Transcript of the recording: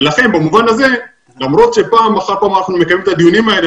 ולכן במובן הזה למרות שפעם אחת פעם אנחנו מקיימים את הדיונים האלה,